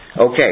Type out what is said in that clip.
Okay